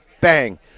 Bang